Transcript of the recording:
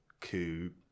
coup